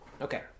Okay